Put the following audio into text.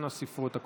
אנא ספרו את הקולות.